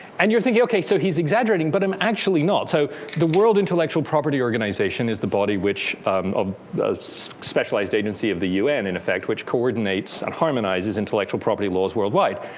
and you're thinking, ok so he's exaggerating. but i'm actually not. so the world intellectual property organization is the body which ah specialized agency of the un, in effect, which coordinates, and harmonizes intellectual property laws worldwide.